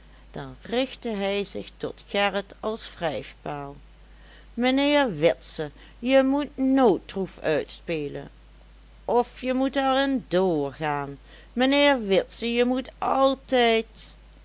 dan richtte hij zich tot gerrit als wrijfpaal mijnheer witse je moet nooit troef uitspelen of je moet er in drgaan mijnheer witse je moet altijd